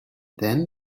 then